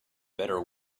better